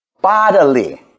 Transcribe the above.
bodily